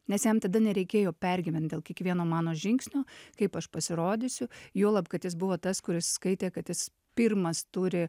nes jam tada nereikėjo pergyvent dėl kiekvieno mano žingsnio kaip aš pasirodysiu juolab kad jis buvo tas kuris skaitė kad jis pirmas turi